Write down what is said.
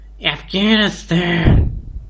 Afghanistan